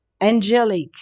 angelic